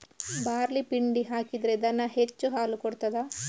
Barley ಪಿಂಡಿ ಹಾಕಿದ್ರೆ ದನ ಹೆಚ್ಚು ಹಾಲು ಕೊಡ್ತಾದ?